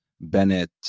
Bennett